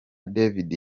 david